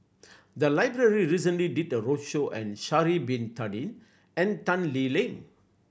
the library recently did a roadshow and Sha'ari Bin Tadin and Tan Lee Leng